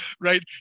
Right